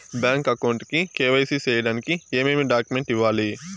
Bank account కు KYC సేయడానికి ఏమేమి డాక్యుమెంట్ ఇవ్వాలి?